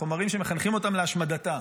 חומרים שמחנכים אותם להשמדתה.